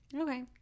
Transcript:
Okay